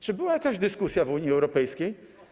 Czy była jakaś dyskusja w Unii Europejskiej?